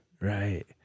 Right